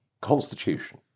constitution